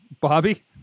Bobby